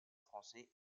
français